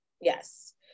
yes